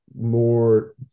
more